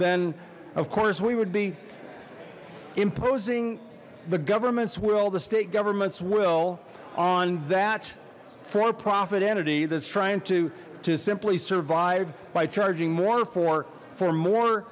then of course we would be imposing the government's will the state government's will on that for profit entity that's trying to to simply survive by charging more for for more